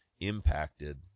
impacted